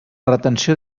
retenció